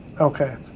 Okay